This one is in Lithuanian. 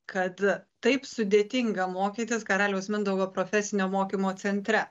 kad taip sudėtinga mokytis karaliaus mindaugo profesinio mokymo centre